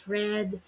red